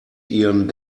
ihren